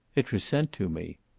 it was sent to me.